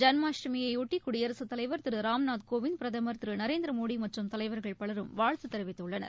ஜன்மாஷ்டமியையொட்டி குடியரசுத் தலைவா் திரு ராம்நாத் கோவிந்த் பிரதமா் திரு நரேந்திரமோடி மற்றும் தலைவர்கள் பலரும் வாழ்த்து தெரிவித்துள்ளனர்